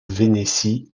vénétie